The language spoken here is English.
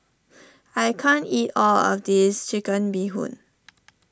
I can't eat all of this Chicken Bee Hoon